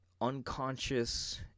unconscious